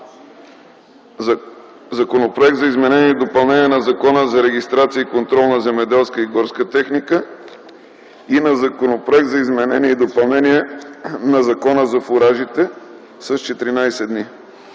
Законопроекта за изменение и допълнение на Закона за регистрация и контрол на земеделската и горската техника и на Законопроекта за изменение и допълнение на Закона за фуражите с 14 дни.